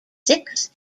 six